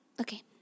okay